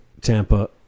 Tampa